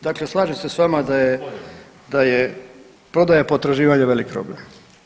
Dakle, slažem se sa vama da je prodaja potraživanja velik problem.